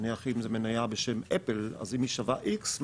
נניח אם זו מניה בשם אפל אז אם היא שווה X,